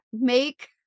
make